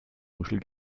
muschel